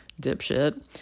dipshit